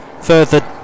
further